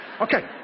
Okay